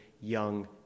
young